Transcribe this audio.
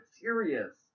Serious